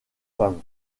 femmes